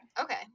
Okay